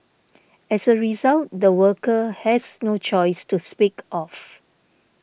as a result the worker has no choice to speak of